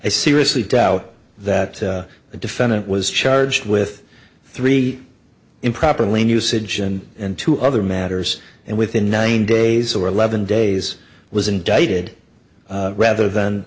i seriously doubt that the defendant was charged with three improper lane usage and and two other matters and within nine days or eleven days was indicted rather than